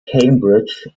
cambridge